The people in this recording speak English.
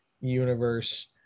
universe